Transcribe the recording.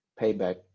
payback